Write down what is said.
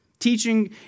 Teaching